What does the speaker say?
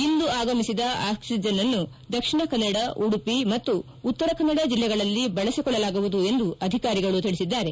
ಇಂದು ಆಗಮಿಸಿದ ಆಕ್ಸಿಜನ್ನು ದಕ್ಷಿಣ ಕನ್ನಡ ಉಡುಪ ಮತ್ತು ಉತ್ತರ ಕನ್ವಡ ಜಿಲ್ಲೆಗಳಲ್ಲಿ ಬಳಸಿ ಕೊಳ್ಲಲಾಗುವುದು ಎಂದು ಅಧಿಕಾರಿಗಳು ತಿಳಿಸಿದ್ದಾರೆ